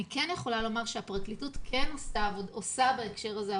אני כן יכולה לומר שהפרקליטות כן עושה בהקשר הזה עבודה,